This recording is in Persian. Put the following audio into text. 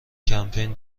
کمپین